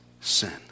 sin